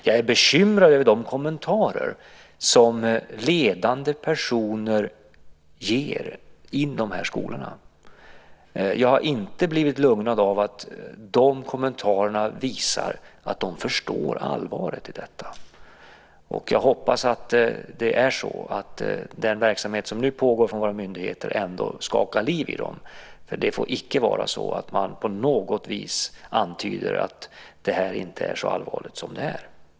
Jag är bekymrad över de kommentarer som ledande personer ger i de här skolorna. De kommentarerna har inte lugnat mig, för de visar inte att de förstår allvaret i detta. Jag hoppas att den verksamhet som nu pågår på våra myndigheter ändå skakar liv i dem, för det får icke vara så att man på något vis antyder att det här inte är så allvarligt som det är.